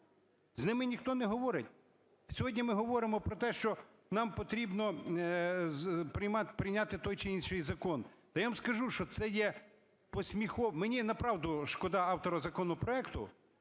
З ними ніхто не говорить. Сьогодні ми говоримо про те, що нам потрібно прийняти той чи інший закон. Я вам скажу, що мені направду шкода автора законопроекту,